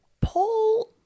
Paul